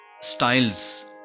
styles